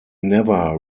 never